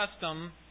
custom